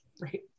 right